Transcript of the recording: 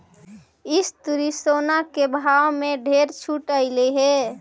इस तुरी सोना के भाव में ढेर छूट अएलई हे